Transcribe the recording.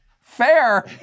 Fair